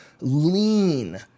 lean